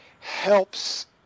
helps